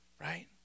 right